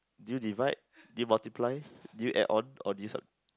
did you divide did you multiply did you add on or did you sub